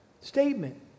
statement